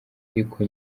ariko